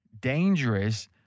dangerous